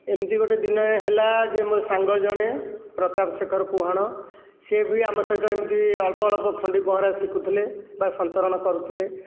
ଏମିତି ଗୋଟିଏ ଦିନେ ହେଲା ଯେ ମୋ ସାଙ୍ଗ ଜଣେ ପ୍ରତାପ ଶେଖର ପୁହାଣ ସିଏ ବି ଆମ ସହିତ ଏମିତି ଅଳ୍ପ ଅଳ୍ପ ଖଣ୍ଡି ପହଁରା ଶିଖୁଥିଲେ ବା ସନ୍ତରଣ କରୁଥିଲେ